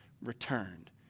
returned